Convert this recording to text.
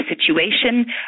situation